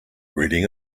reading